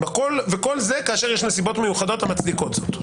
וכל זה כאשר יש נסיבות מיוחדות המצדיקות זאת,